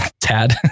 Tad